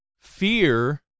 fear